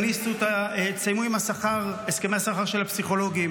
תסיימו עם הסכמי השכר של הפסיכולוגים,